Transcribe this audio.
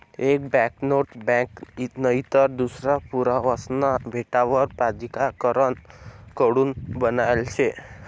एक banknote bank नईतर दूसरा पुरावासना भेटावर प्राधिकारण कडून बनायेल शे